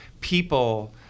people